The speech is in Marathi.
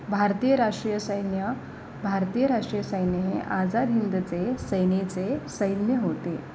भारतीय राष्ट्रीय सैन्य भारतीय राष्ट्रीय सैन्य हे आझाद हिंदचे सेनेचे सैन्य होते